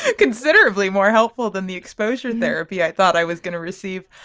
ah considerably more helpful than the exposure therapy i thought i was going to receive